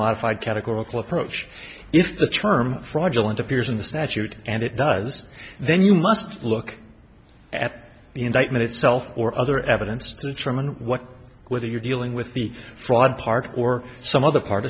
modified categorical approach if the term fraudulent appears in the statute and it does then you must look at the indictment itself or other evidence to determine what whether you're dealing with the fraud park or some other part